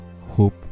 hope